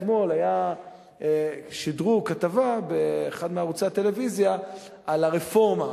אתמול שידרו כתבה באחד מערוצי הטלוויזיה על הרפורמה,